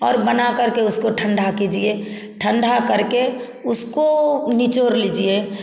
और बना करके उसको ठंडा कीजिए ठंडा करके उसको निचोड़ लीजिए